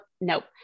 nope